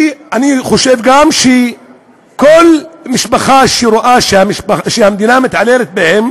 אני גם חושב שכל משפחה שרואה שהמדינה מתעללת בה,